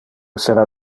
sera